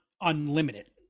unlimited